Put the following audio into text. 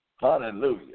Hallelujah